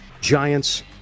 Giants